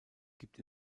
gibt